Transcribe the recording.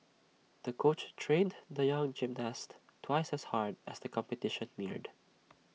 the coach trained the young gymnast twice as hard as the competition neared